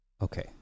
Okay